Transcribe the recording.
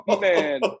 man